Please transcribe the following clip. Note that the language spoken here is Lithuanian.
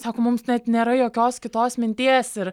sako mums net nėra jokios kitos minties ir